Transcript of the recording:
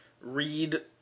read